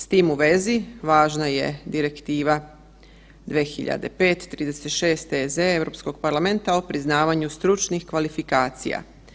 S tim u vezi, važna je Direktiva 2005/36 EZ Europskog parlamenta o priznavanju stručnih kvalifikacija.